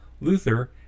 Luther